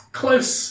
close